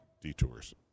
detours